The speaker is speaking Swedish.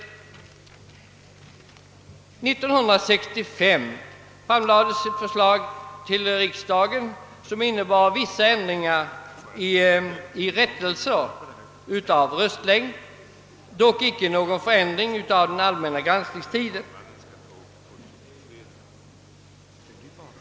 År 1965 framlades för riksdagen ett förslag till vissa ändringar beträffande möjligheterna att åstadkomma rättelse i röstlängd men icke något förslag om ändring av den allmänna granskningstiden.